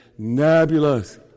nebulas